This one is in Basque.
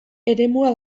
eremua